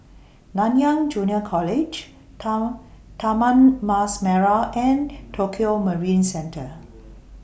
Nanyang Junior College Tao Taman Mas Merah and Tokio Marine Centre